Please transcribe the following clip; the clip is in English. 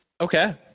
Okay